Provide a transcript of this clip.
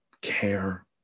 care